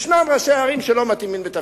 ישנם ראשי ערים שלא מתאימים לתפקידם.